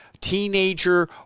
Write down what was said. teenager